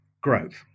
growth